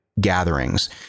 gatherings